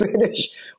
finish